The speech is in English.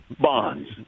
Bonds